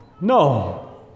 No